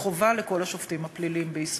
הוא חובה לכל השופטים הפליליים בישראל.